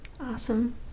Awesome